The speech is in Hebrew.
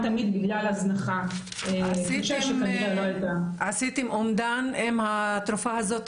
תמיד בגלל ההזנחה --- עשיתם אומדן עם התרופה הזאת,